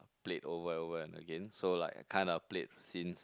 played over and over again so I was kind of played since